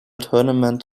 tournament